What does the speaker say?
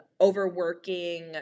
overworking